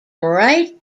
right